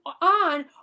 on